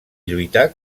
lluitar